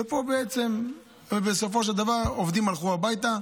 ופה בעצם בסופו של דבר עובדים הלכו הביתה,